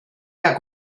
cael